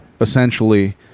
essentially